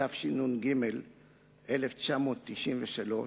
התשנ"ג 1993,